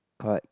correct